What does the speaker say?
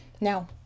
now